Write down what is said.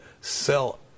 sell